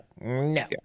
no